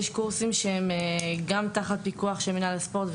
יש קורסים שנמצאים תחת פיקוח של מינהל הספורט,